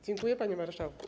Dziękuję, panie marszałku.